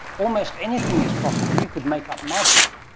almost anything is possible. you could make up magic,